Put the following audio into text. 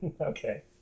Okay